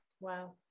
wow